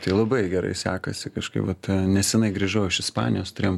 tai labai gerai sekasi kažkaip vat nesenai grįžau iš ispanijos turėjom